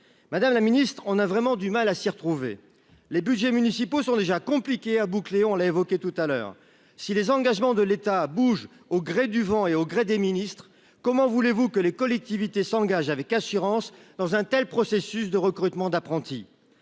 Madame la ministre, nous avons vraiment du mal à nous y retrouver ... Les budgets sont déjà compliqués à boucler- nous l'avons déjà évoqué. Si les engagements de l'État bougent au gré du vent et au gré des ministres, comment voulez-vous que les collectivités s'engagent avec assurance dans un tel processus de recrutement d'apprentis ?